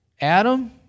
Adam